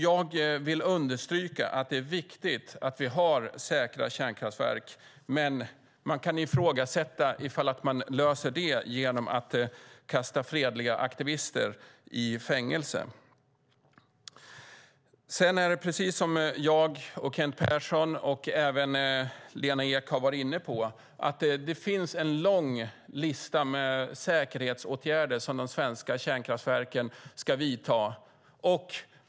Jag vill understryka att det är viktigt att vi har säkra kärnkraftverk, men man kan ifrågasätta om frågan löses genom att kasta fredliga aktivister i fängelse. Precis som jag, Kent Persson och även Lena Ek har varit inne på finns en lång lista med säkerhetsåtgärder som de svenska kärnkraftverken ska vidta.